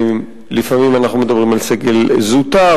לפעמים אנחנו מדברים על סגל זוטר,